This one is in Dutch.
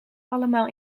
allemaal